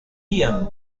ian